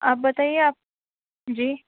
آپ بتائیے آپ جی